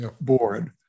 board